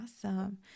Awesome